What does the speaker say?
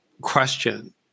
question